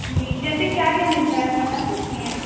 جی جیسے کیا کیا ملتا ہے آپ بتا سکتی ہیں